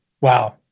Wow